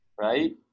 right